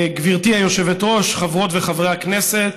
גברתי היושבת-ראש, חברות וחברי הכנסת,